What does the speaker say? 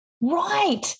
Right